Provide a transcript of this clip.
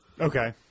Okay